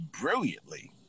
brilliantly